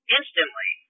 instantly